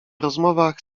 rozmowach